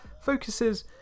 focuses